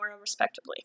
respectively